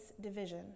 division